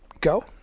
go